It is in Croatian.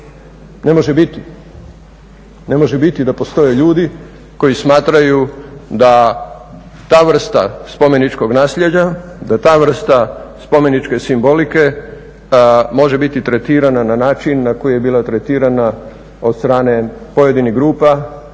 ne može biti da postoje ljudi koji smatraju da ta vrsta spomeničkog nasljeđa, da ta vrsta spomeničke simbolike može biti tretirana na način na koji je bila tretirana od strane pojedinih grupa